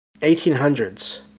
1800s